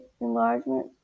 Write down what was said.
enlargement